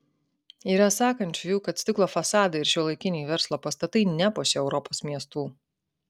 yra sakančiųjų kad stiklo fasadai ir šiuolaikiniai verslo pastatai nepuošia europos miestų